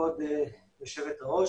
כבוד יושבת הראש,